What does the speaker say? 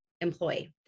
employee